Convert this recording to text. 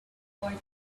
thought